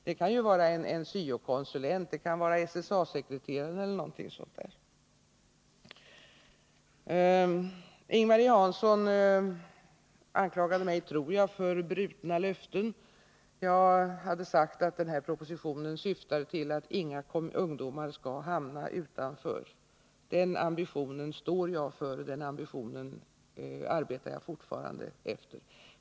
Det kan vara en syo-konsulent, SSA-sekreteraren e. d. Ing-Marie Hansson anklagade mig, tror jag, för brutna löften. Jag hade sagt att propositionen syftade till att inga ungdomar skall hamna utanför. Den ambitionen står jag för, och den arbetar jag fortfarande efter.